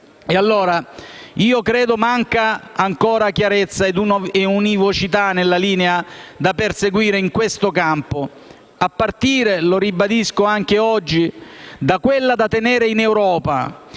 che manchi ancora chiarezza e univocità nella linea da perseguire in questo campo a partire - lo ribadisco anche oggi - da quella da tenere in Europa,